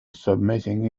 submitting